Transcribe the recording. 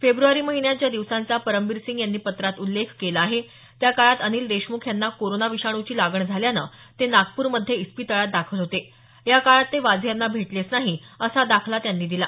फेब्रवारी महिन्यात ज्या दिवसांचा परमबीर सिंग यांनी पत्रात उल्लेख केला आहे त्या काळात अनिल देशमुख यांना कोरोना विषाणूची लागण झाल्यानं ते नागपूरमध्ये इस्पितळात दाखल होते या काळात ते वाझे यांना भेटलेच नाही असा दाखला त्यांनी दिला